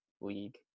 league